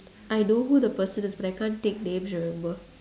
I know who the person is but I can't take names remember